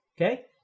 okay